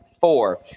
four